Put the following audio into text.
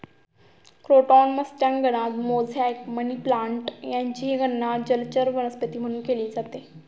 croton मत्स्यांगना, mosaic, money plant यांचीही गणना जलचर वनस्पती म्हणून केली जाते